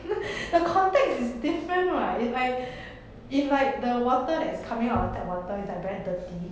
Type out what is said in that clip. the context is different [what] if I if like the water is coming out of the tap water it's very dirty